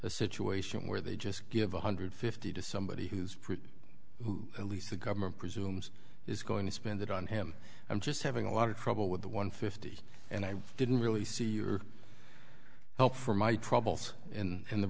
a situation where they just give one hundred fifty to somebody who's who at least the government presumes is going to spend it on him i'm just having a lot of trouble with the one fifty and i didn't really see your help for my troubles and